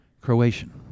Croatian